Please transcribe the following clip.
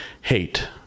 hate